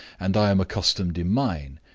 and i am accustomed in mine,